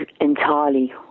entirely